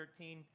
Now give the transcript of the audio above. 13